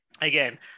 again